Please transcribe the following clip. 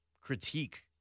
Critique